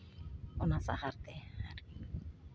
ᱚᱱᱟ ᱥᱟᱦᱟᱨ ᱛᱮ ᱟᱨᱠᱤ